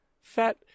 fat-